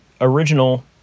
original